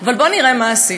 אבל בוא נראה מה עשית.